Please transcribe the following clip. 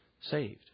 saved